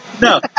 No